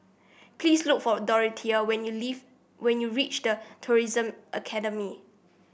please look for Dorthea when you leave when you reach The Tourism Academy